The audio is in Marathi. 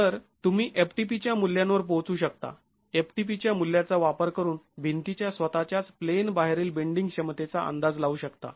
तर तुम्ही ftp च्या मूल्यांवर पोहोचू शकता ftp च्या मूल्याचा वापर करून भिंतीच्या स्वतःच्याच प्लेन बाहेरील बेंडींग क्षमतेचा अंदाज लावू शकता